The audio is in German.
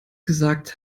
gesagt